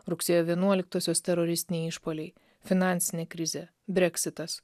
rugsėjo vienuoliktosios teroristiniai išpuoliai finansinė krizė breksitas